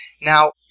Now